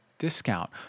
discount